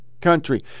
country